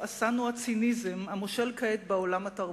עשנו הציניזם המושל כעת בעולם התרבותי.